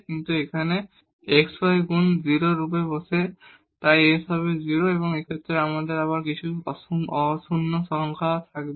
কিন্তু এখানে xy গুনক বসে তাই s হবে 0 এবং এই ক্ষেত্রে আবার আপনার কিছু অশূন্য সংখ্যা থাকবে